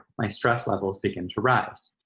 my stress levels begin to rise.